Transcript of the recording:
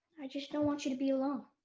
i just don't want you to be alone.